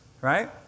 Right